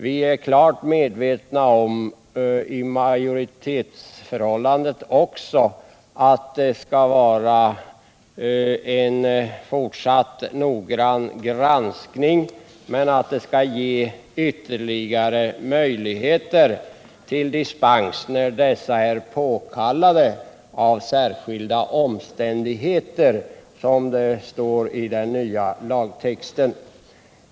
Vi är inom utskottsmajoriteten klart medvetna om att man måste ha en fortsatt noggrann granskning, men vi menar att ytterligare möjligheter till dispens skall finnas när undantag ”är påkallat av särskilda omständigheter”, som det står i den nya lagtexten.